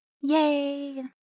Yay